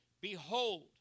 behold